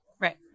Right